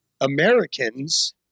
Americans